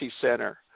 Center